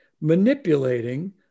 manipulating